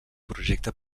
projecte